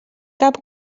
cap